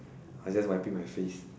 I just wiping my face